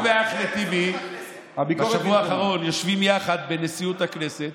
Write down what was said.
הוא ואחמד טיבי בשבוע האחרון יושבים יחד בנשיאות הכנסת,